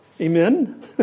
Amen